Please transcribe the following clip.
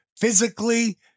physically